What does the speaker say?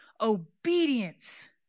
obedience